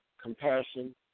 compassion